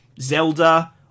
Zelda